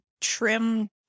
trim